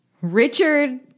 Richard